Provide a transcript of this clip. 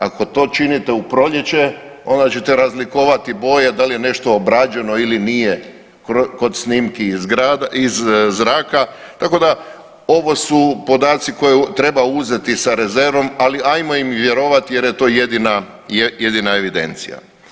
Ako to činite u proljeće onda će te razlikovati boje da li je nešto obrađeno ili nije kod snimki iz zraka, tako da ovo su podaci koje treba uzeti sa rezervom, ali hajmo im vjerovati jer je to jedina evidencija.